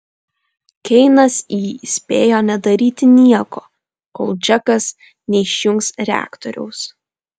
keinas jį įspėjo nedaryti nieko kol džekas neišjungs reaktoriaus